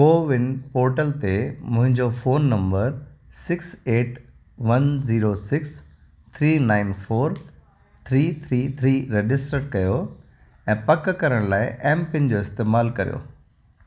CoWIN portal ते मुंहिंजो phone number six eight one zero six three nine four three three three register कयो ऐं पक करण लाइ एम पिन जो इस्तेमालु कयो